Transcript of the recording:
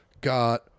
got